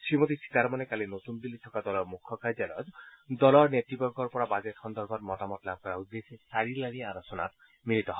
শ্ৰীমতী সীতাৰমণে কালি নতুন দিল্লীত থকা দলৰ মুখ্য কাৰ্যালয়ত দলৰ নেত়বৰ্গৰ পৰা বাজেট সন্দৰ্ভত মতামত লাভ কৰাৰ উদ্দেশ্যে চাৰি লানি আলোচনাত মিলিত হয়